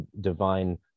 divine